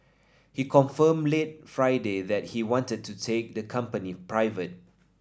he confirmed late Friday that he wanted to take the company private